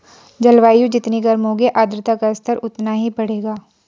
जलवायु जितनी गर्म होगी आर्द्रता का स्तर उतना ही बढ़ेगा